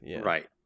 Right